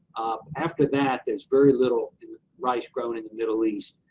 after that, there's very little rice grown in the middle east.